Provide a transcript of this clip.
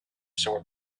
sort